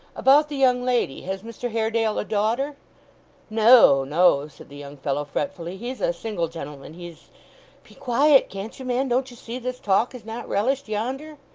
about the young lady has mr haredale a daughter no, no said the young fellow fretfully, he's a single gentleman he's be quiet, can't you, man? don't you see this talk is not relished yonder